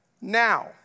now